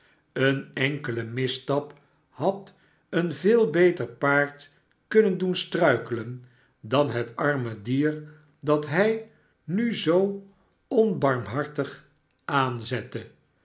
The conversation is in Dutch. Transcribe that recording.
een enkele misstap had een veel beter paard kunnen doen struikelen dan het arme dier dat hij nu zoo onbarmhartig aanzette